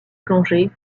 plongée